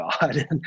God